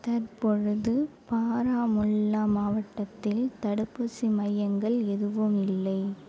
தற்பொழுது பாராமுல்லா மாவட்டத்தில் தடுப்பூசி மையங்கள் எதுவும் இல்லை